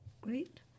Great